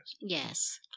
Yes